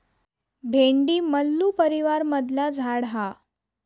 भेंडी मल्लू परीवारमधला झाड हा